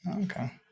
Okay